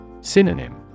Synonym